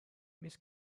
miss